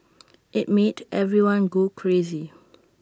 IT made everyone go crazy